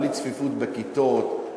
בלי צפיפות בכיתות,